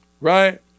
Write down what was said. right